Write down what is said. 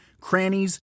crannies